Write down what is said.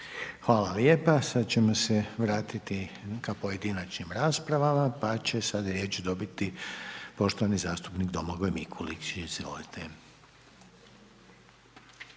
Željko (HDZ)** Sada ćemo se vratiti ka pojedinačnim raspravama, pa će sada riječ dobiti poštovani zastupnik Domagoj Mikulić,